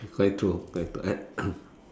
quite true where to add